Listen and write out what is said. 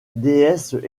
déesse